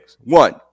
One